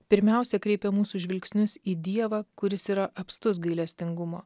pirmiausia kreipia mūsų žvilgsnius į dievą kuris yra apstus gailestingumo